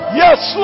yes